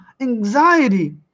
anxiety